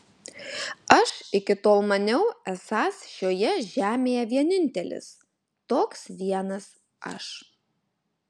aš iki tol maniau esąs šioje žemėje vienintelis toks vienas aš